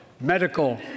medical